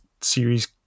series